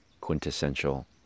quintessential